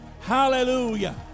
Hallelujah